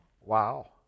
Wow